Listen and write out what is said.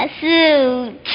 suit